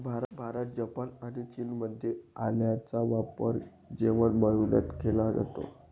Bharat, Japan आणि चीनमध्ये आल्याचा वापर जेवण बनविण्यात केला जातो